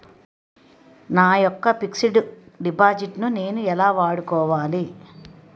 నా యెక్క fixed deposit ను నేను ఎలా వాడుకోవాలి?